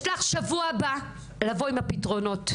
יש לך בשבוע הבא לבוא עם הפתרונות.